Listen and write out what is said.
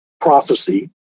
prophecy